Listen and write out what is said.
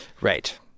right